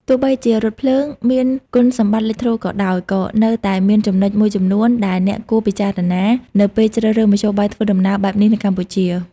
ទោះបីជារថភ្លើងមានគុណសម្បត្តិលេចធ្លោក៏ដោយ ក៏នៅតែមានចំណុចមួយចំនួនដែលអ្នកគួរពិចារណានៅពេលជ្រើសរើសមធ្យោបាយធ្វើដំណើរបែបនេះនៅកម្ពុជា។